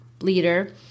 leader